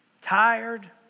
tired